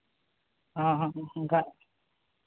ᱦᱚᱸ ᱦᱚᱸ ᱚᱱᱠᱟ